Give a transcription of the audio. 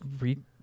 read